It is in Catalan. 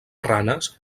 ranes